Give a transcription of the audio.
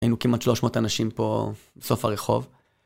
היינו כמעט 300 אנשים פה בסוף הרחוב.